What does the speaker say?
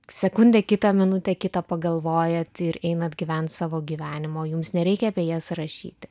sekundę kitą minutę kitą pagalvojat ir einat gyventi savo gyvenimo jums nereikia apie jas rašyti